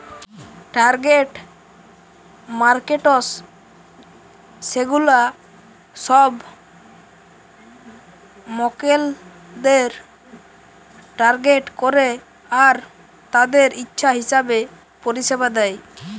target markets সেগুলা সব মক্কেলদের টার্গেট করে আর তাদের ইচ্ছা হিসাবে পরিষেবা দেয়